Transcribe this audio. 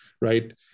Right